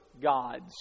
gods